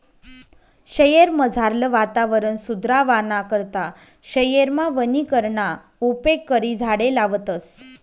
शयेरमझारलं वातावरण सुदरावाना करता शयेरमा वनीकरणना उपेग करी झाडें लावतस